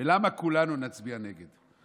ולמה כולנו נצביע נגד.